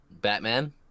batman